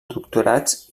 doctorats